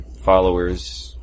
followers